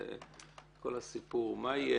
מה יהיה,